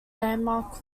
landmark